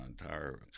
entire